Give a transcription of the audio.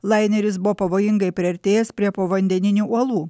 laineris buvo pavojingai priartėjęs prie povandeninių uolų